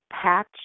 patch